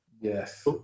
Yes